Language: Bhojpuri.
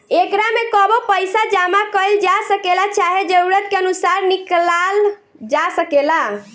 एकरा में कबो पइसा जामा कईल जा सकेला, चाहे जरूरत के अनुसार निकलाल जा सकेला